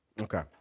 okay